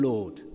Lord